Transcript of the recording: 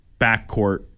backcourt